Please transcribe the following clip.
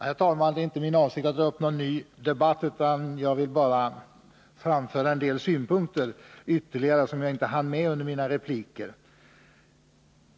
Herr talman! Det är inte min avsikt att ta upp någon ny debatt, utan jag vill bara framföra en del ytterligare synpunkter, som jag inte hann med under mina repliker.